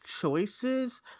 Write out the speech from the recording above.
choices